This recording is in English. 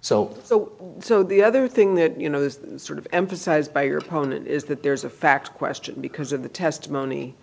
so so so the other thing that you know this sort of emphasized by your opponent is that there's a fact question because of the testimony